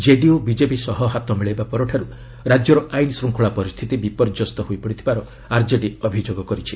କେଡିୟୁ ବିକେପି ସହ ହାତ ମିଳାଇବା ପରଠାରୁ ରାଜ୍ୟର ଆଇନ ଶୃଙ୍ଖଳା ପରିସ୍ଥିତି ବିପର୍ଯ୍ୟସ୍ତ ହୋଇପଡ଼ିଥିବାର ଆର୍ଜେଡି ଅଭିଯୋଗ କରିଛି